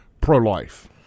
pro-life